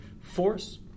force